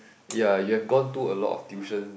ya you have gone to a lot of tuition